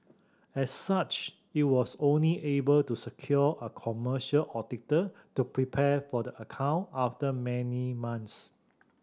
as such it was only able to secure a commercial auditor to prepare for the account after many months